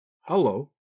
hello